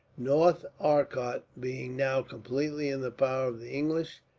north arcot being now completely in the power of the english,